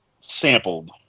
sampled